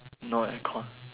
no aircon